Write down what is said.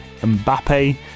Mbappe